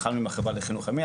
התחלנו עם החברה לחינוך ימי,